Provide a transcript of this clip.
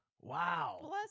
Wow